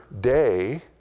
day